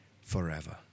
forever